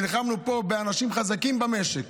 נלחמנו פה באנשים חזקים במשק,